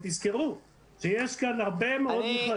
תזכרו שיש כאן הרבה מאוד מכללות.